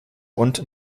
und